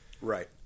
right